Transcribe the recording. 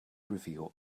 reveal